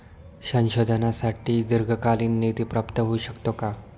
संशोधनासाठी दीर्घकालीन निधी प्राप्त होऊ शकतो का?